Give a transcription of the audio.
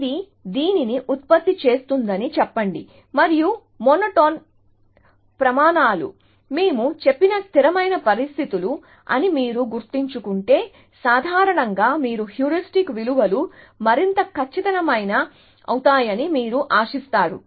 ఇది దీనిని ఉత్పత్తి చేస్తుందని చెప్పండి మరియు మోనోటోన్ ప్రమాణాలు మేము చెప్పిన స్థిరమైన పరిస్థితులు అని మీరు గుర్తుంచుకుంటే సాధారణంగా మీరు హ్యూరిస్టిక్ విలువలు మరింత ఖచ్చితమైనవి అవుతాయని మీరు ఆశిస్తారు